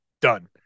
done